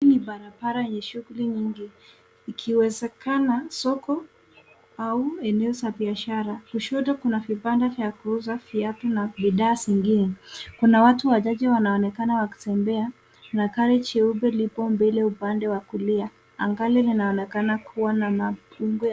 Hii ni barabara yenye shuhguli nyingi ikiwezekana soko au eneo za biashara . Kushoto kuna vibanda vya kuuza viatu na bidhaa zingine. Kuna watu wachache wanaonekana wakitembea na gari jeupe lipo mbele upande wa kulia. Anga linaonekana kuwa na mawingu ya